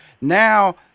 Now